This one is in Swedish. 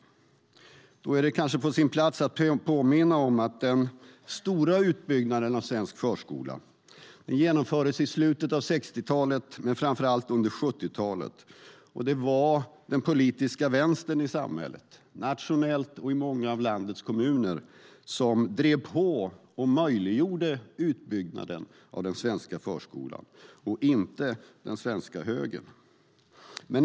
Därför är det kanske på sin plats att påminna om att den stora utbyggnaden av svensk förskola genomfördes i slutet av 60-talet men framför allt under 70-talet. Det var den politiska vänstern i samhället, nationellt och i många av landets kommuner, som drev på och möjliggjorde utbyggnaden av den svenska förskolan, inte den svenska högern.